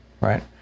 right